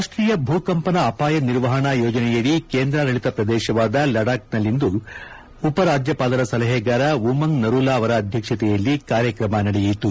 ರಾಷ್ಷೀಯ ಭೂಕಂಪನ ಅಪಾಯ ನಿರ್ವಹಣೆ ಯೋಜನೆಯಡಿ ಕೇಂದ್ರಾಡಳಿತ ಪ್ರದೇಶವಾದ ಲಡಾಖ್ನಲ್ಲಿಂದು ಉಪರಾಜ್ಯಪಾಲರ ಸಲಹೆಗಾರ ಉಮಂಗ್ ನರೂಲಾ ಅವರ ಅಧ್ಯಕ್ಷತೆಯಲ್ಲಿ ಕಾರ್ಯಕ್ರಮ ನಡೆಯಿತು